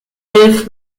elf